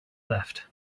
left